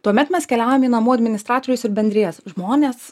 tuomet mes keliaujam į namų administratorius ir bendrijas žmones